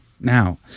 Now